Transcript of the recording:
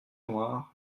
noire